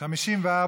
מס' 8)(תיקון),